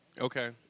Okay